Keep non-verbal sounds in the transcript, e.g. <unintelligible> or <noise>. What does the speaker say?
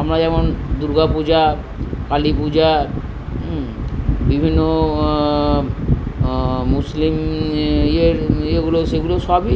আমরা যেমন দুর্গা পূজা কালী পূজা বিভিন্ন মুসলিম <unintelligible> ইয়েগুলো সেগুলো সবই